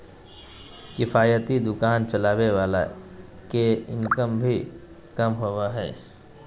किफायती दुकान चलावे वाला के इनकम भी कम होबा हइ